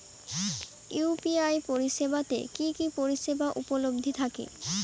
UPI পরিষেবা তে কি কি পরিষেবা উপলব্ধি থাকে?